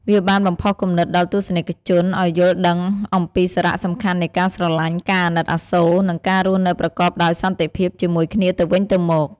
វាបានបំផុសគំនិតដល់ទស្សនិកជនឱ្យយល់ដឹងអំពីសារៈសំខាន់នៃការស្រឡាញ់ ការអាណិតអាសូរ និងការរស់នៅប្រកបដោយសន្តិភាពជាមួយគ្នាទៅវិញទៅមក។